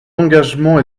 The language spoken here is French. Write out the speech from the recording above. d’engagement